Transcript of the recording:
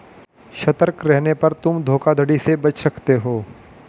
सतर्क रहने पर तुम धोखाधड़ी से बच सकते हो